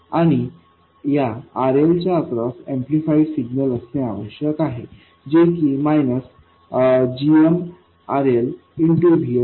आणि या RLच्या अक्रॉस एम्प्लिफाइड सिग्नल असणे आवश्यक आहे जे की gmRLVSआहे